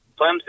Clemson